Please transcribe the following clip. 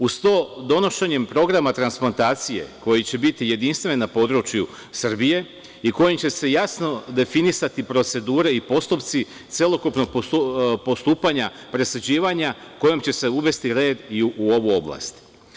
Uz to donošenjem programa transplantacije koji će biti jedinstven na području Srbije i kojim će se jasno definisati procedure i postupci celokupnog postupanja presađivanja kojom će se uvesti red i u ovu oblast.